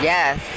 Yes